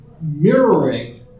mirroring